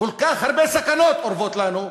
כל כך הרבה סכנות אורבות לנו,